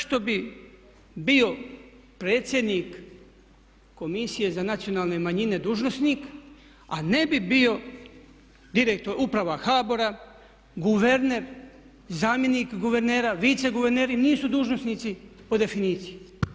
Zašto bi bio predsjednik Komisije za nacionalne manjine dužnosnik, a ne bi bio direktor Uprava HBOR-a, guverner, zamjenik guvernera, vice guverneri nisu dužnosnici po definiciji.